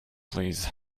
please